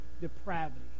depravity